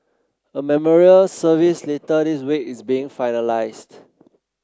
a memorial service later this week is being finalised